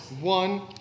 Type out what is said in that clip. One